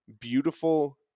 beautiful